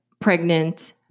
pregnant